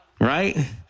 right